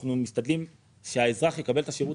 אנחנו משתדלים שהאזרח יקבל את השירות